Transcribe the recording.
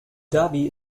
dhabi